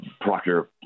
Proctor